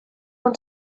want